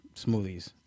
smoothies